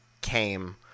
came